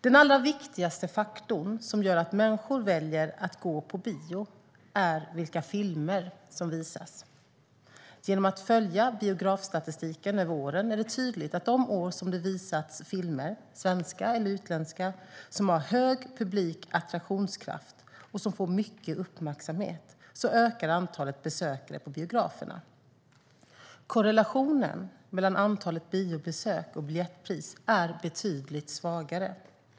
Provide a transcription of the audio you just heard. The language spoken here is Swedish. Den allra viktigaste faktorn som gör att människor väljer att gå på bio är vilka filmer som visas. Genom att följa biografstatistiken över åren är det tydligt att de år som det visats filmer - svenska eller utländska - som har hög publik attraktionskraft och som får mycket uppmärksamhet ökar antalet besökare på biograferna. Korrelationen mellan antalet biobesök och biljettpris är betydligt svagare.